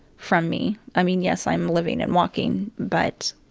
from me. i mean, yes, i'm living and walking but.